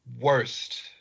worst